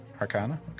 Arcana